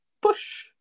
push